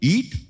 Eat